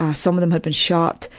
ah some of them had been shot,